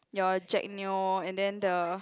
your Jack-Neo then the